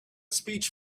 speech